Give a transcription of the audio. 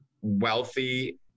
wealthy